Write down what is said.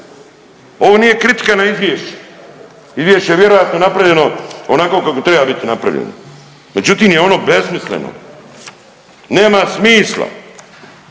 Ovo nije kritika na izvješće, izvješće je vjerojatno napravljeno onako kako treba biti napravljeno, međutim je ono besmisleno. Nema smisla.